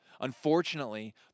Unfortunately